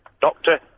Doctor